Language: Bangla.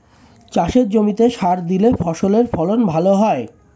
চাষের জমিতে সার দিলে ফসলের ফলন ভালো হয়